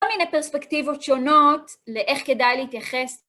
כל מיני פרספקטיבות שונות לאיך כדאי להתייחס.